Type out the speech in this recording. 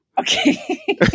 Okay